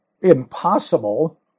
impossible